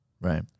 Right